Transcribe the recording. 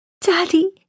Daddy